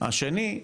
השני,